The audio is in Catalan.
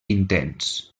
intens